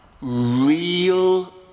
real